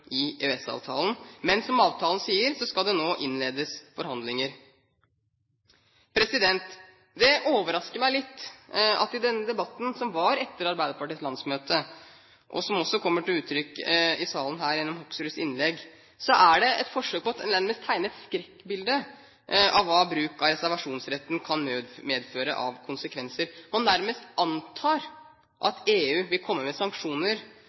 i EØS-avtalen, men som avtalen sier, skal det nå innledes forhandlinger. Det overrasker meg litt at man i debatten som har vært etter Arbeiderpartiets landsmøte, og som også kommer til uttrykk i salen gjennom Hoksruds innlegg, nærmest har forsøkt å tegne et skrekkbilde av hva bruk av reservasjonsretten kan medføre av konsekvenser. Man nærmest antar at EU vil komme med sanksjoner